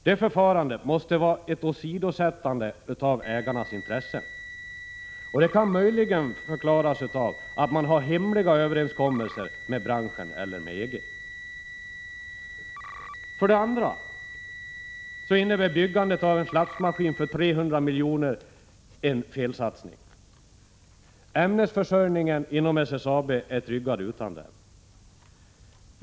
Det förfarandet måste vara ett åsidosättande av ägarnas intressen, och det kan möjligen förklaras av att man har hemliga överenskommelser med branschen eller med EG. 2. Byggandet av en slabsmaskin för 300 milj.kr. innebär en felsatsning. Ämnesförsörjningen inom SSAB är tryggad utan den.